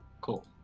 Cool